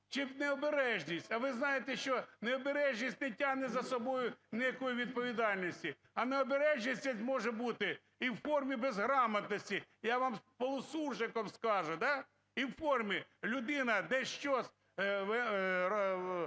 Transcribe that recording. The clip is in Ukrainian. чи необережність. А ви знаєте, що необережність не тягне за собою ніякої відповідальності. А необережність це може бути і в формі безграмотности – я вам полусуржиком скажу, да? – і в формі людина десь щось